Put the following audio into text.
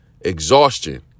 exhaustion